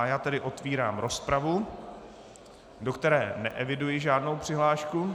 Já tedy otevírám rozpravu, do které neeviduji žádnou přihlášku.